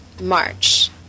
march